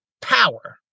power